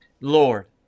Lord